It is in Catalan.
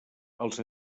els